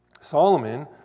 Solomon